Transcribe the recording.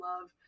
love